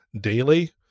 daily